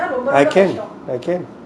I can I can